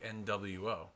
NWO